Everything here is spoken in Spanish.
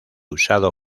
usado